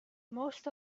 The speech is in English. most